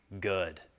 good